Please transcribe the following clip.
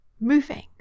moving